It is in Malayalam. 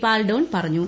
പാൽഡൊൺ പറഞ്ഞു